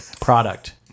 product